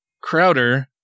Crowder